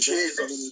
Jesus